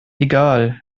egal